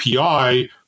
API